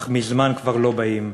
אך מזמן כבר לא באים.